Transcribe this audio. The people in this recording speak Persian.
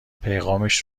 پیغامش